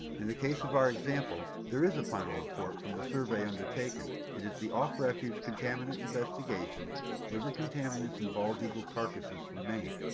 in the case of our example there is a final report from the survey undertaken. it is the off-refuge contaminant investigation liver contaminants in bald eagle carcasses from maine,